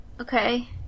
Okay